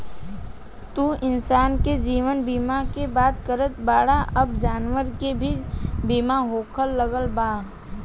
तू इंसान के जीवन बीमा के बात करत बाड़ऽ अब जानवर के भी बीमा होखे लागल बा